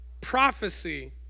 Prophecy